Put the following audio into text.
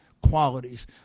qualities